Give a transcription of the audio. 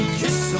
kiss